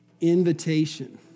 invitation